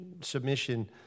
submission